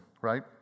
Right